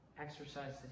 exercise